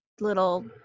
little